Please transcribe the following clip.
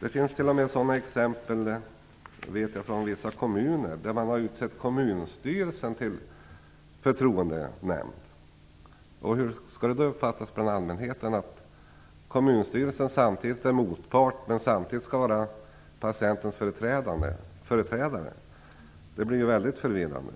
Det finns t.o.m. exempel på att man i vissa kommuner har utsett kommunstyrelsen till förtroendenämnd. Hur skall det uppfattas bland allmänheten att kommunstyrelsen är motpart men samtidigt skall vara patientens företrädare? Det blir väldigt förvirrande.